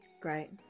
Great